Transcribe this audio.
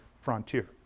frontier